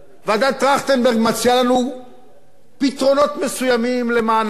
ועדת-טרכטנברג מציעה לנו פתרונות מסוימים למען העם,